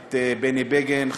את בני בגין,